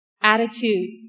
Attitude